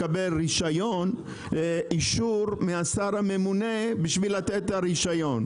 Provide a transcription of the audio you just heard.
לקבל אישור מהשר הממונה בשביל לתת את הרישיון,